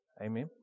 Amen